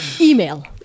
email